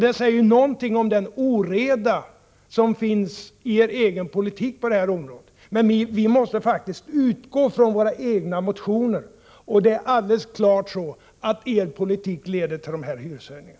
Det säger något om den oreda som finns i er egen politik på det här området, men vi måste faktiskt utgå ifrån era egna motioner, och det är alldeles klart att er politik leder till dessa hyreshöjningar.